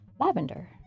lavender